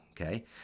Okay